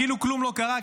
כאילו כלום לא קרה,